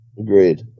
Agreed